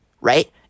right